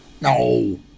No